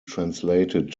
translated